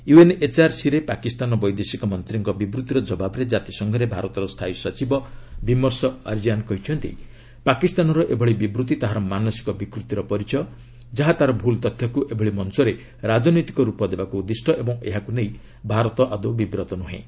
ୟୁଏନ୍ଏଚ୍ଆର୍ସିରେ ପାକିସ୍ତାନ ବୈଦେଶିକ ମନ୍ତ୍ରୀଙ୍କ ବିବୃତ୍ତିର ଜବାବ୍ରେ ଜାତିସଂଘରେ ଭାରତର ସ୍ଥାୟୀ ସଚିବ ବିମର୍ଷ ଆର୍ଯ୍ୟାନ୍ କହିଛନ୍ତି ପାକିସ୍ତାନର ଏଭଳି ବିବୃତ୍ତି ତାହାର ମାନସିକ ବିକୃତିର ପରିଚୟ ଯାହା ତା'ର ଭୁଲ୍ ତଥ୍ୟକୁ ଏଭଳି ମଞ୍ଚରେ ରାଜନୈତିକ ରୂପ ଦେବାକୁ ଉଦ୍ଦିଷ୍ଟ ଓ ଏହାକୁ ନେଇ ଭାରତ ବିବ୍ରତ ନୁହେଁ